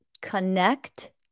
Connect